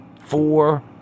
four